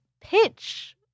pitch